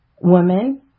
woman